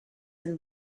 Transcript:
and